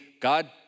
God